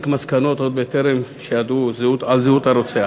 מסקנות עוד בטרם ידעו על זהות הרוצח.